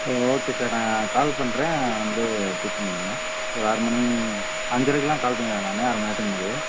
ஓ okay sir நான் call பண்ணுறேன் வந்து பிக் பண்ணிக்கோங்க ஒரு ஆறு மணி அஞ்சரைக்குலாம் கால் பண்ணிடுறேன் நானு அரை மணிநேரத்துக்கு முன்னாடியே